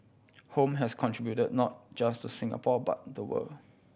home has contributed not just to Singapore but the world